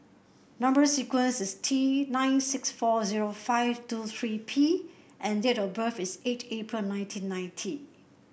number sequence is T nine six four zero five two three P and date of birth is eight April nineteen ninety